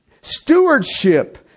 Stewardship